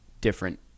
different